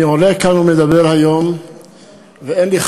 אני עולה כאן ומדבר היום ואין לי,